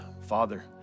Father